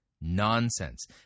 nonsense